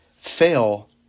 fail